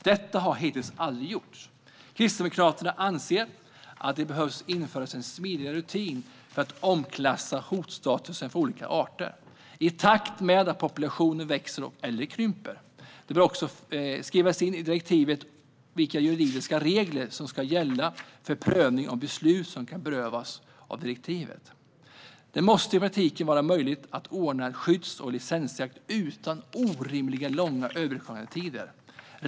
Detta har hittills aldrig gjorts. Kristdemokraterna anser att det behöver införas en smidigare rutin för att omklassa hotstatusen för olika arter i takt med att populationerna växer eller krymper. Det bör också skrivas in i direktivet vilka juridiska regler som ska gälla för prövning av beslut som kan beröras av direktivet. Det måste i praktiken vara möjligt att ordna skyddsjakt och licensjakt utan orimligt långa överklagandetider.